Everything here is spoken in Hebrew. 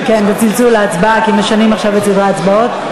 צלצול להצבעה, כי משנים עכשיו את סדרי ההצבעות.